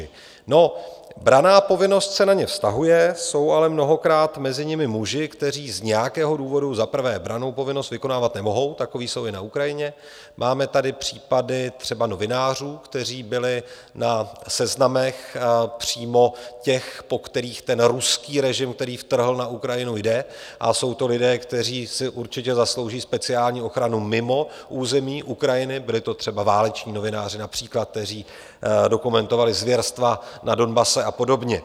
No, branná povinnost se na ně vztahuje, jsou ale mnohokrát mezi nimi muži, kteří z nějakého důvodu za prvé brannou povinnost vykonávat nemohou, takoví jsou i na Ukrajině, máme tady třeba případy novinářů, kteří byli na seznamech přímo těch, po kterých ruský režim, který vtrhl na Ukrajinu, jde, a jsou to lidé, kteří si určitě zaslouží speciální ochranu mimo území Ukrajiny byli to třeba váleční novináři například, kteří dokumentovali zvěrstva na Donbase a podobně.